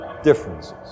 differences